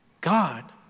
God